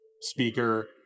speaker